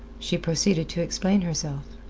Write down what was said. she proceeded to explain herself.